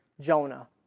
Jonah